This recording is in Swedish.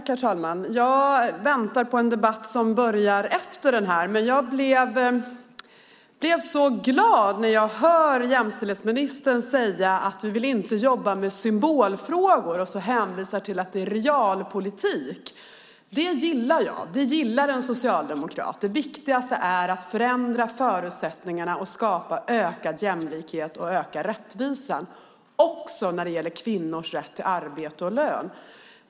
Herr talman! Jag blir glad när jag hör jämställdhetsministern säga att man inte vill jobba med symbolfrågor och hänvisar till realpolitik. Det gillar jag, det gillar en socialdemokrat. Det viktigaste är att förändra förutsättningarna och skapa ökad jämlikhet och öka rättvisan när det gäller kvinnors rätt till arbete och lön.